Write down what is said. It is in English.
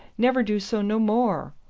never do so no more.